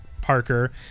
Parker